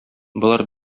болар